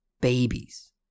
babies